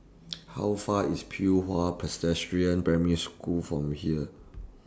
How Far IS Pei Hwa Primary School from here